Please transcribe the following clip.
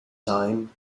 time